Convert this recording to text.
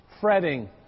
fretting